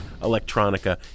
electronica